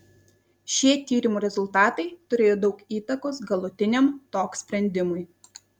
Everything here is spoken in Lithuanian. šie tyrimo rezultatai turėjo daug įtakos galutiniam tok sprendimui